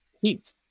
heat